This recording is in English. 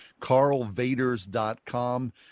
CarlVaders.com